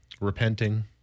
repenting